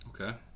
Okay